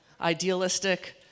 idealistic